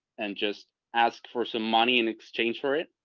and just ask for some money in exchange for it.